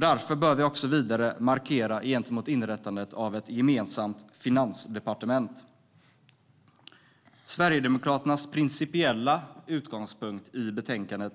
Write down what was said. Därför bör vi också markera mot inrättandet av ett gemensamt finansdepartement. Sverigedemokraternas principiella utgångspunkt i betänkandet